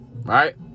right